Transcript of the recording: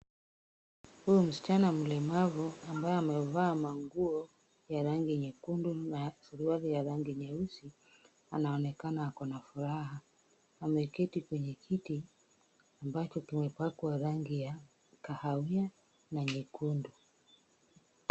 Huyu msichana mlemavu ambaye amevaa manguo ya rangi nyekundu na suruali ya rangi nyeusi anaonekana ako na furaha. Ameketi kwenye kiti ambacho kimepakwa rangi ya kahawia na nyekundu.